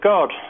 God